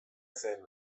zen